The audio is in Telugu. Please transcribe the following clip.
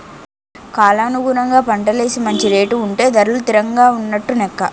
కాలానుగుణంగా పంటలేసి మంచి రేటు ఉంటే ధరలు తిరంగా ఉన్నట్టు నెక్క